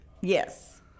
Yes